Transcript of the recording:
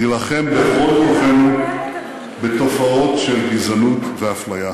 נילחם בכל כוחנו בתופעות של גזענות ואפליה.